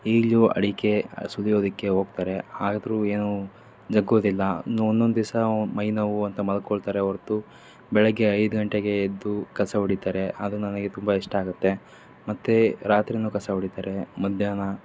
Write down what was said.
ಈಗಲೂ ಅಡಿಕೆ ಸುಲಿಯೋದಕ್ಕೆ ಹೋಗ್ತಾರೆ ಆದರೂ ಏನೂ ಜಗ್ಗೋದಿಲ್ಲ ನೋ ಒನ್ನೊಂದು ದಿವಸ ಮೈ ನೋವು ಅಂತ ಮಲ್ಕೊಳ್ತಾರೆ ಹೊರ್ತು ಬೆಳಿಗ್ಗೆ ಐದು ಗಂಟೆಗೆ ಎದ್ದು ಕಸ ಹೊಡಿತಾರೆ ಅದು ನನಗೆ ತುಂಬ ಇಷ್ಟ ಆಗುತ್ತೆ ಮತ್ತು ರಾತ್ರಿನೂ ಕಸ ಹೊಡಿತಾರೆ ಮಧ್ಯಾಹ್ನ